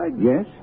Yes